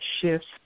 shifts